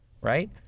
right